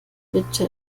bitte